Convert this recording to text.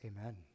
amen